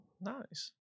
nice